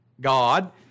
God